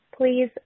please